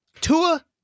Tua